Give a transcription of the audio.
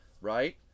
right